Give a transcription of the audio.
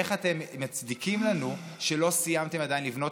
איך אתם מצדיקים את זה שלא סיימתם עדיין לבנות